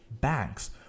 banks